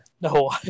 No